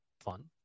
fun